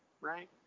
right